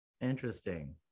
interesting